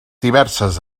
diverses